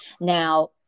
Now